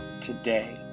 today